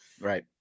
right